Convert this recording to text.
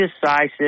decisive